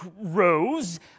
rose